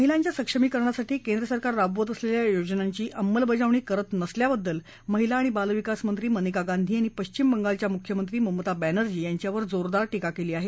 महिलांच्या सक्षमीकरणासाठी केंद्र सरकार राबवत असलेल्या योजनांची अंमलबजावणी करत नसल्याबद्दल महिला आणि बालविकास मंत्री मनेका गांधी यांनी पश्चिम बंगालच्या मुख्यमंत्री ममता बँनर्जी यांच्यावर जोरदार टिका केली आहे